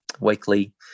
weekly